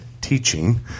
teaching